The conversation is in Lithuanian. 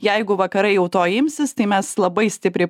jeigu vakarai jau to imsis tai mes labai stipriai